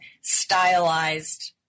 stylized